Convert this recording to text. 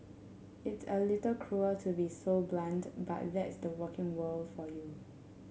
it's a little cruel to be so blunt but that's the working world for you